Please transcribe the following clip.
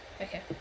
okay